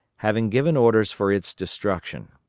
having given orders for its destruction.